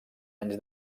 anys